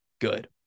good